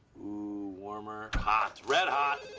ooh. warmer. hot! red hot!